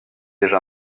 déjà